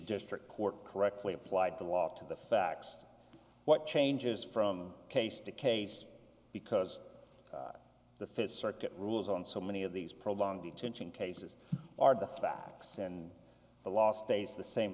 district court correctly applied to walk to the facts what changes from case to case because the fifth circuit rules on so many of these problem detention cases are the facts and the last days the same